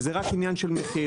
זה רק עניין של מחיר.